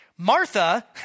Martha